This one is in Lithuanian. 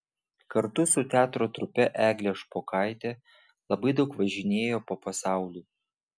kartu su teatro trupe eglė špokaitė labai daug važinėjo po pasaulį